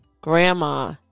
Grandma